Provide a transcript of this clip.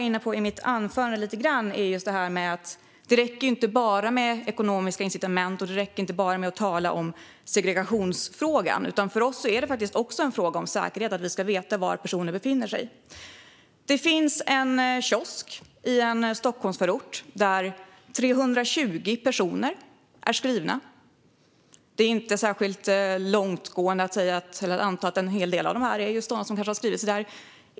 I mitt anförande var jag lite grann inne på att det inte räcker med bara ekonomiska incitament eller att bara tala om segregationsfrågan. För oss är det faktiskt också en fråga om säkerhet att veta var personer befinner sig. Det finns en kiosk i en Stockholmsförort där 320 personer är skrivna. Det är inte att gå särskilt långt att anta att en hel del av dessa har skrivit sig där inom ramen för exempelvis EBO.